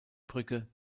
brücke